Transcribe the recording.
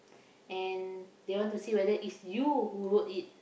and they want to see whether is you who wrote it